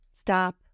stop